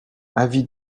avis